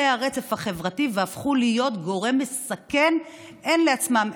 הרצף החברתי והפכו להיות גורם מסכן הן לעצמם,